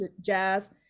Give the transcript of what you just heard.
jazz